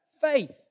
faith